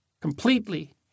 completely